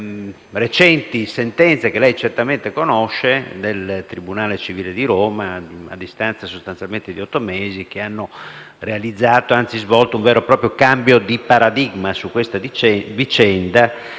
due recenti sentenze, che lei certamente conosce, del tribunale civile di Roma, emesse a distanza di otto mesi, che hanno realizzato un vero e proprio cambio di paradigma su questa vicenda,